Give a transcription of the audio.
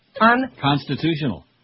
Unconstitutional